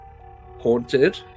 haunted